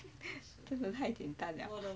真的太简单了